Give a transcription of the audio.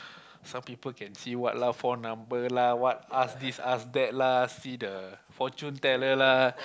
some people can see what lah phone number lah what ask this ask that lah see the fortune teller lah